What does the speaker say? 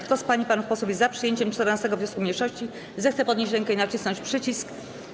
Kto z pań i panów posłów jest za przyjęciem 14. wniosku mniejszości, zechce podnieść rękę i nacisnąć przycisk.